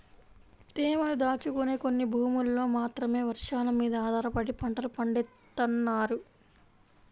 తేమను దాచుకునే కొన్ని భూముల్లో మాత్రమే వర్షాలమీద ఆధారపడి పంటలు పండిత్తన్నారు